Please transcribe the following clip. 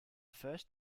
first